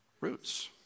roots